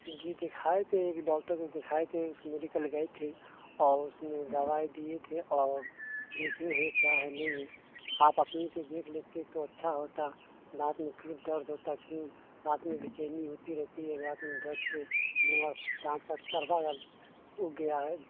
جی دکھائے تھے ایک ڈاکٹر کو دکھائے تھے اس میڈیکل گئے تھے اور اس نے دوائی دیے تھے اور دیکھیے ہیں کیا ہے نہیں ہے آپ اپنے سے دیکھ لیتے تو اچھا ہوتا دانت میں کیوں درد ہوتا کیوں رات میں بے چینی ہوتی رہتی ہے رات میں درد سے منہ اور دانت کا تربہ اگ گیا ہے